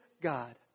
God